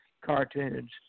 cartoons